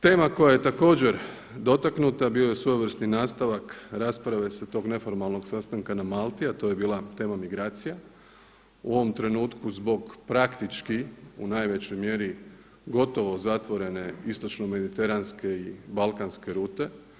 Tema koja je također dotaknuta bio je svojevrsni nastavak rasprave sa tog neformalnog sastanka na Malti a to je bila tema migracija u ovom trenutku zbog praktički u najvećoj mjeri gotovo zatvorene istočno-mediteranske i balkanske rute.